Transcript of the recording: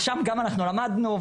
ושם גם אנחנו למדנו,